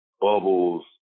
Bubbles